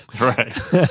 Right